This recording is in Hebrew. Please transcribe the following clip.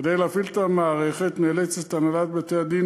כדי להפעיל את המערכת נאלצת הנהלת בתי-הדין